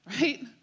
right